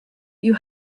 you